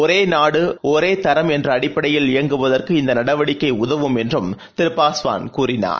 ஒரே நாடு ஒரே தரம் என்ற அடிப்படையில் இயங்குவதற்கு இந்த நடவடிக்கை உதவும் என்று திரு பாஸ்வான் கூறினார்